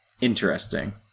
interesting